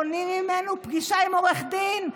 מונעים ממנו פגישה עם עורך דין.